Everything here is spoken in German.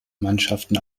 mannschaften